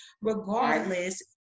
Regardless